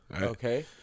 Okay